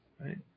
Right